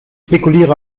spekuliere